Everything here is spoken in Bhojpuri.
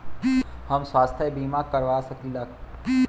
हम स्वास्थ्य बीमा करवा सकी ला?